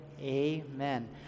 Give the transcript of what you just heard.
amen